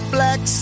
Black